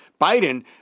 Biden